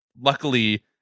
luckily